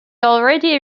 already